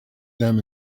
them